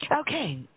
okay